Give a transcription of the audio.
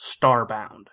Starbound